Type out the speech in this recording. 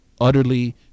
utterly